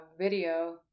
video